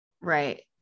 Right